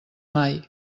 mai